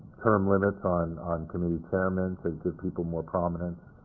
term limits on on committee chairmen to give people more prominence,